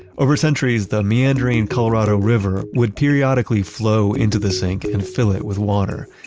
over centuries, the meandering colorado river would periodically flow into the sink and fill it with water.